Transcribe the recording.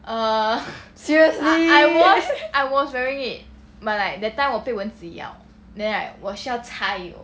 seriously